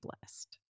blessed